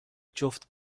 جفت